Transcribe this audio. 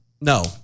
No